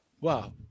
Wow